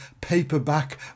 paperback